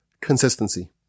consistency